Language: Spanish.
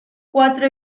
cuatro